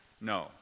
No